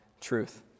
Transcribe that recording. truth